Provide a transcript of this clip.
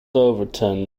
overton